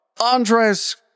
Andres